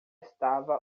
estava